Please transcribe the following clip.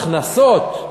הכנסות,